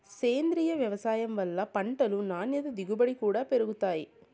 సేంద్రీయ వ్యవసాయం వల్ల పంటలు నాణ్యత దిగుబడి కూడా పెరుగుతాయి